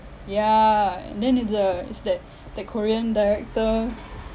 yeah and then then the is that that korean director